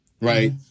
Right